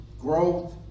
growth